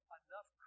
enough